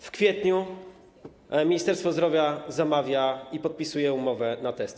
W kwietniu Ministerstwo Zdrowia zamawia i podpisuje umowę na testy.